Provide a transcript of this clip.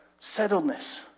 settledness